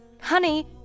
Honey